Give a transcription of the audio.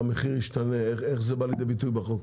ומחר המחיר ישתנה, איך זה בא לידי ביטוי בחוק?